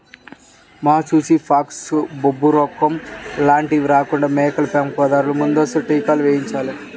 మశూచి, ఫాక్స్, బొబ్బరోగం లాంటివి రాకుండా మేకల పెంపకం దారులు ముందస్తుగా టీకాలు వేయించాలి